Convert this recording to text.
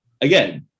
again